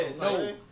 No